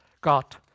got